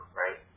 right